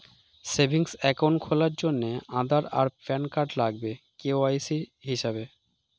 savings account খোলার জন্যে আধার আর প্যান কার্ড লাগবে কে.ওয়াই.সি হিসেবে